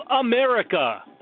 America